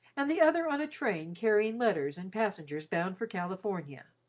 and the other on a train carrying letters and passengers bound for california.